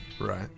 Right